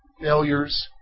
failures